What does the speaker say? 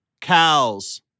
cows